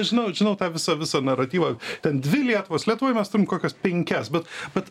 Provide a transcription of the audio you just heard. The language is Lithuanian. žinau žinau tą visą visą naratyvą ten dvi lietuvos lietuvoj mes kokias penkias bet bet